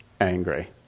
angry